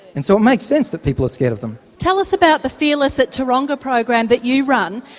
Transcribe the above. and so it makes sense that people are scared of them. tell us about the fearless at taronga program that you run,